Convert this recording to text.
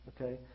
Okay